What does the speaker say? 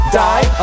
die